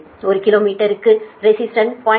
ஒரு கிலோ மீட்டருக்கு ரெசிஸ்டன்ஸ் 0